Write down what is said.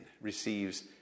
receives